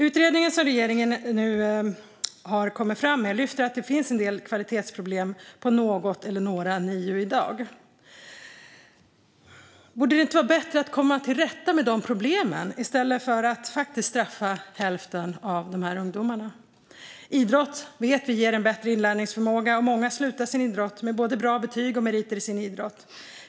Utredningen som regeringen nu har kommit fram med lyfter att det finns en del kvalitetsproblem på något eller några NIU i dag. Skulle det inte vara bättre att komma till rätta med de problemen i stället för att faktiskt straffa hälften av de här ungdomarna? Idrott vet vi ger en bättre inlärningsförmåga, och många slutar sin utbildning med både bra betyg och meriter i sin idrott.